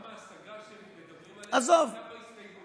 גם ההשגה שמדברים עליה הייתה בה הסתייגות.